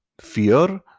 fear